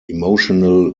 emotional